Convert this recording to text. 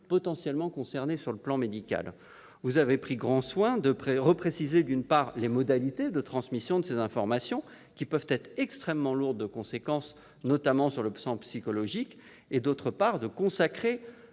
potentiellement concernées sur le plan médical. Vous avez pris grand soin, d'une part, de préciser davantage encore les modalités de transmission de ces informations, qui peuvent être extrêmement lourdes de conséquences, notamment sur le plan psychologique, et, d'autre part, de consacrer